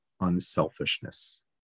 unselfishness